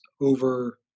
over